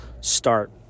start